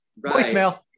Voicemail